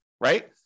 right